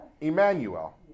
Emmanuel